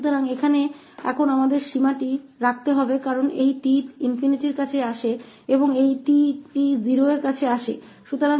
तो यहाँ हमे सिमा से रखनी है t ∞ को जा रहा हैऔर t 0 को जा रहा है